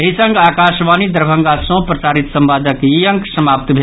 एहि संग आकाशवाणी दरभंगा सँ प्रसारित संवादक ई अंक समाप्त भेल